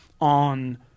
on